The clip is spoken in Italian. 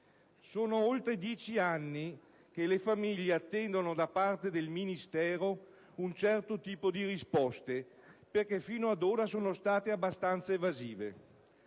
sono oltre dieci anni che le famiglie attendono da parte del Ministero un certo tipo di risposte, perché fino ad ora sono state abbastanza evasive.